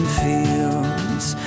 fields